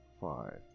five